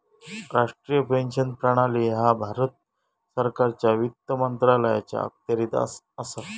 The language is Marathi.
राष्ट्रीय पेन्शन प्रणाली ह्या भारत सरकारच्या वित्त मंत्रालयाच्या अखत्यारीत असा